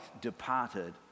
departed